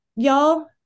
Y'all